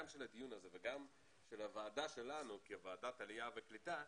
גם של הדיון הזה וגם של הוועדה שלנו כוועדת עלייה וקליטה,